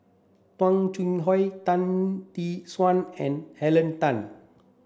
Tung Chye Hong Tan Tee Suan and Henn Tan